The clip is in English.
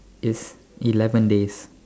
is eleven days